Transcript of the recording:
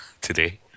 today